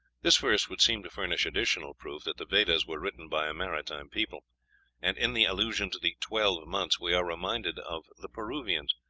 this verse would seem to furnish additional proof that the vedas were written by a maritime people and in the allusion to the twelve months we are reminded of the peruvians,